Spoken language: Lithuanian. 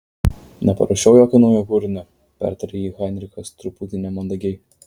neparašiau jokio naujo kūrinio pertarė jį heinrichas truputį nemandagiai